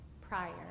prior